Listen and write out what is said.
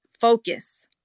Focus